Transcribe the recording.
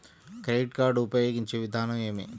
Credit card ఉపయోగించే విధానం ఏమి?